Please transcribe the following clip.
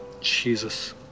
jesus